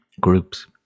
groups